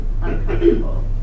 uncomfortable